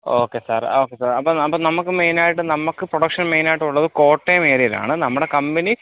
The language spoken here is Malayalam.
ഓക്കെ സാർ ഓക്കെ സാർ അപ്പം അപ്പം നമുക്ക് മെയ്നായിട്ട് നമുക്ക് പ്രൊഡക്ഷൻ മെയ്നായിട്ടുള്ളത് കോട്ടയം ഏരിയയിലാണ് നമ്മുടെ കമ്പനി